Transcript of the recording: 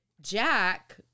Jack